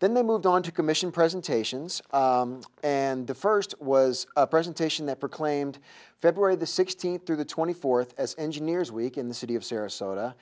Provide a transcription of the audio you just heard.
then they moved on to commission presentations and the first was a presentation that proclaimed february the sixteenth through the twenty fourth as engineers week in the city of sarasota